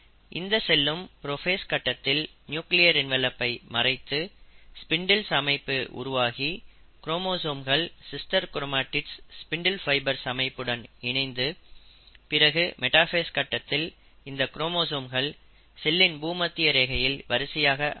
இந்த செல்லும் புரோஃபேஸ் கட்டத்தில் நியூக்ளியர் என்வலப் மறைந்து ஸ்பிண்டில் அமைப்பு உருவாகி க்ரோமோசோம்கள் சிஸ்டர் கிரோமடிட்ஸ் ஸ்பிண்டில் ஃபைபர்ஸ் அமைப்புடன் இணைந்து பிறகு மெட்டாஃபேஸ் கட்டத்தில் இந்த க்ரோமோசோம்கள் செல்லின் பூமத்திய ரேகையில் வரிசையாக அமைத்திருக்கும்